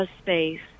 space